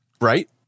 right